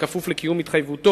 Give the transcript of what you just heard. כפוף לקיום ההתחייבות,